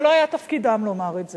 זה לא היה תפקידם לומר את זה,